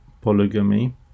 polygamy